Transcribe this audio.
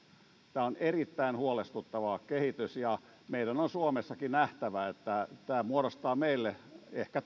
tämä on erittäin huolestuttava kehitys ja meidän on suomessakin nähtävä että tämä muodostaa meille tulevaisuudessa ehkä